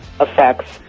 effects